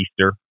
easter